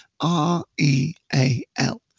R-E-A-L